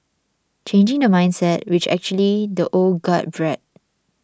changing the mindset which actually the old guard bred